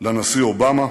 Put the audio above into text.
לנשיא אובמה,